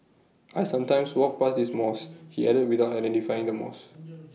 I sometimes walk past this mosque he added without identifying the mosque